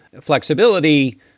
flexibility